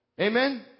Amen